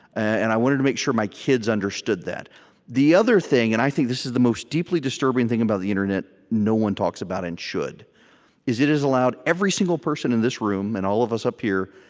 and i wanted to make sure my kids understood that the other thing and i think this is the most deeply disturbing thing about the internet no one talks about and should is it has allowed every single person in this room, and all of us up here,